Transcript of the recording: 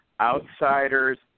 outsiders